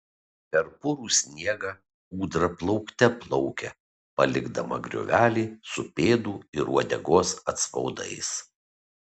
per purų sniegą ūdra plaukte plaukia palikdama griovelį su pėdų ir uodegos atspaudais